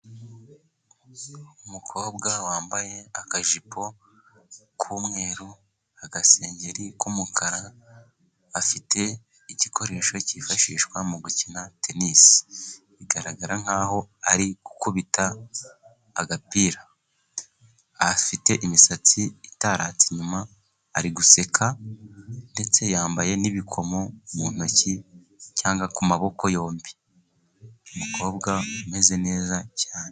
Umukobwa wambaye akajipo k'umweru, agasengeri k'umukara, afite igikoresho cyifashishwa mu gukina tenisi. Bigaragara nk'aho ari gukubita agapira, afite imisatsi itaratse inyuma, ari guseka, ndetse yambaye n'ibikomo mu ntoki cyangwa ku maboko yombi. Umukobwa umeze neza cyane.